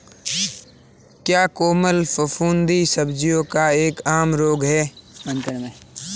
क्या कोमल फफूंदी सब्जियों का एक आम रोग है?